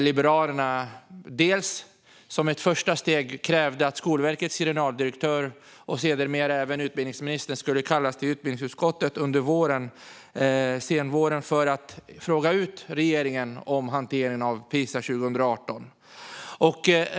Liberalerna krävde som ett första steg att Skolverkets generaldirektör och senare även utbildningsministern skulle kallas till utbildningsutskottet under senvåren för att utfrågas om regeringens hantering av PISA 2018.